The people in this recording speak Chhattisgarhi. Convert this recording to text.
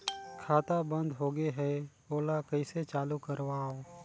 खाता बन्द होगे है ओला कइसे चालू करवाओ?